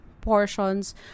portions